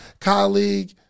colleague